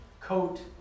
coat